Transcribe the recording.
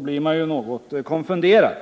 blir man något konfunderad.